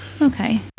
Okay